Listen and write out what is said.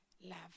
love